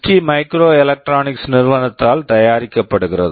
D microelectronics ST microelectronics நிறுவனத்தால் தயாரிக்கப்படுகிறது